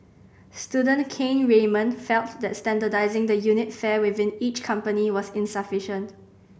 student Kane Raymond felt that standardising the unit fare within each company was insufficient